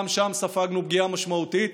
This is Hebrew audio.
גם שם ספגנו פגיעה משמעותית,